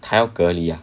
还要隔离 ah